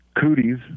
Cooties